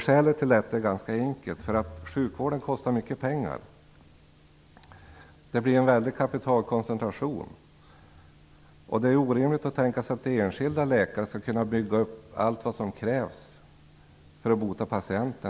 Skälet till detta är ganska enkelt. Sjukvården kostar mycket pengar. Det blir en väldig kapitalkoncentration, och det är orimligt att tänka sig att enskilda läkare skall kunna bygga upp allt vad som krävs för att bota patienter.